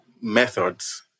methods